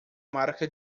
marca